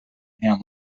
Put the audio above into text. hamlet